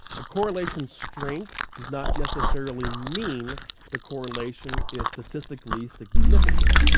a correlation strength does not necessarily mean the correlation is statistically significant,